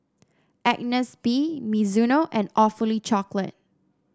Agnes B Mizuno and Awfully Chocolate